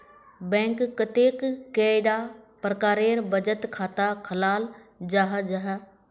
Bank कतेक कैडा प्रकारेर बचत खाता खोलाल जाहा जाहा?